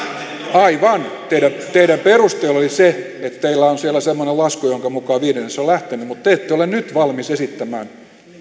aivan teidän peruste oli se että teillä on siellä semmoinen lasku jonka mukaan viidennes on lähtenyt mutta te ette ole nyt valmis esittämään